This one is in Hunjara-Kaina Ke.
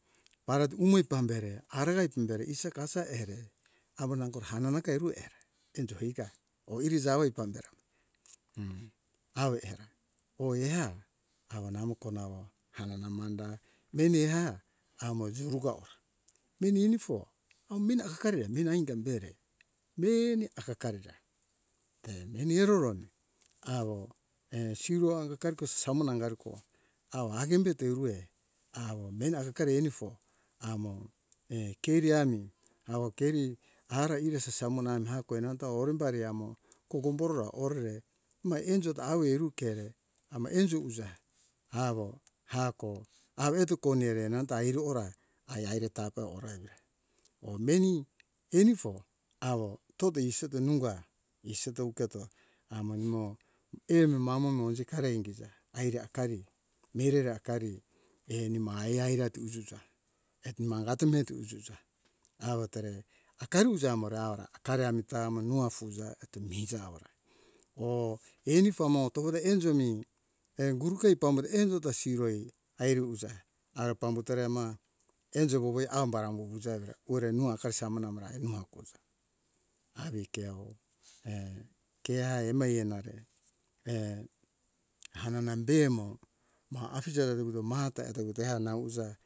Arat umoi pambere arere pandere isakasa ehere awa nango hanana ka eru era enjo iga oi iri jawoi pambera hm awo era oi eha awo namo ko nawo hanana manda meni eha amo juruga ora meni inifo amin akari mina inga bere meni akakari ra te meni irura awo err siro anga karita siro angariko awo hagen beto irue awo meni akari inifo amo err keri ami awo keri ara ira sasa munami hako nanto orembari amo kogom borora orere ma enjo ta awo iru kere amo enjo uja awo hako aweto konere nanta iru ora ai aire tapa ore evira oh meni enifo awo toto isate nunga isite uketo amo imo emi mamo mo ijikare ingija aire akari mireri akari eni ma ai ai ra tujusa eto nangato metu ujusa awo tore akari ujamore aura akari amita amo no afuza eto miza awora oh enifo mo togore enjo mi err goruka ai pambure enjo ta siroi airi uja ara pambutore ma enjo wowoi ambara wuwuja evira ore no akari samona amara ma kuza avi ke awo err keae ema ienare err hanana be mo ma afije eto wuto mahata eto wuto eha nau uja